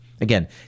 Again